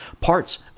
parts